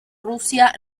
rusia